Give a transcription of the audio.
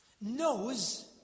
knows